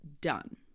done